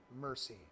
mercy